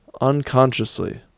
unconsciously